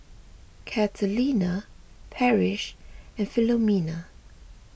Catalina Parrish and Philomena